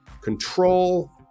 control